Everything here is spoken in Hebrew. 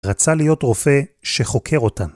‫רצה להיות רופא שחוקר אותן.